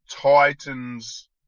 Titans